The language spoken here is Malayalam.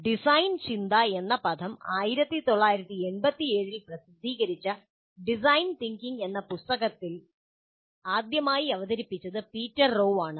"ഡിസൈൻ ചിന്ത" എന്ന പദം 1987 ൽ പ്രസിദ്ധീകരിച്ച "ഡിസൈൻ തിങ്കിംഗ്" എന്ന പുസ്തകത്തിൽ ആദ്യമായി അവതരിപ്പിച്ചത് പീറ്റർ റോവാണ്